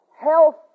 health